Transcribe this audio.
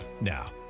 Now